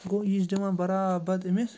گوٚو یہِ چھِ دِوان برابد أمِس